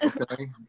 okay